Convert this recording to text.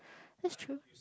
that's true